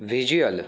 visual